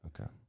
Okay